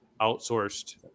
outsourced